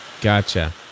gotcha